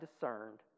discerned